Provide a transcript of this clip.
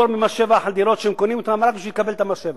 ממס שבח על דירות שהם קונים רק בשביל לקבל את מס השבח,